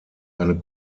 eine